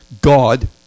God